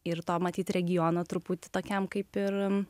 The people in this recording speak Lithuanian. ir to matyt regiono truputį tokiam kaip ir